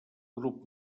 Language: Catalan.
grup